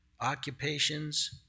occupations